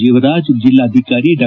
ಜೀವರಾಜ್ ಜಿಲ್ಲಾಧಿಕಾರಿ ಡಾ